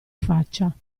faccia